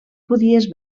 podies